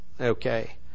Okay